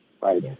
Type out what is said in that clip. Right